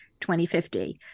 2050